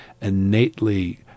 innately